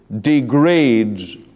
degrades